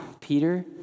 peter